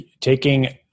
taking